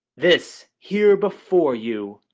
this, here, before you.